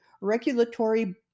Regulatory